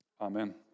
Amen